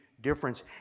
difference